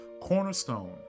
cornerstone